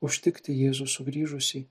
užtikti jėzų sugrįžusį